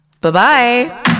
Bye-bye